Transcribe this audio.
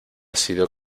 sido